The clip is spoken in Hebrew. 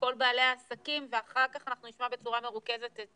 כל בעלי העסקים ואחר כך אנחנו נשמע בצורה מרוכזת את